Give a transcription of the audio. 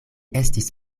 estis